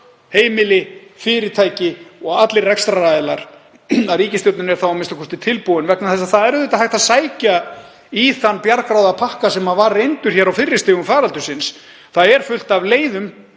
heimili, fyrirtæki og allir rekstraraðilar að ríkisstjórnin er a.m.k. tilbúin, vegna þess að það er auðvitað hægt að sækja í þann bjargráðapakka sem var reyndur hér á fyrri stigum faraldursins. Það er fullt af leiðum